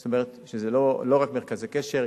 זאת אומרת, זה לא רק מרכזי קשר.